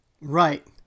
Right